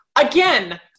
Again